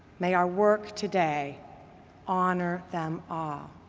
may our work today honor them all.